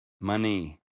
money